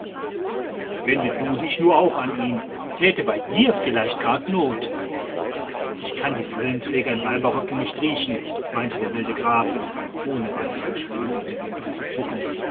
wende du dich nur auch an ihn tät bei dir vielleicht gerade not ich kann die brillenträger in weiberröcken nicht riechen meinte der wilde graf ohne bei der anspielung mit der wimper zu zucken